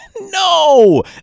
No